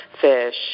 fish